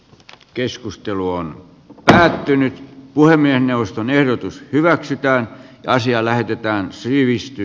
keskustelu on ärtynyt puhemiesneuvoston ehdotus hyväksytään asia lähetetään jäseniä